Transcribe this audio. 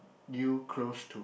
you close to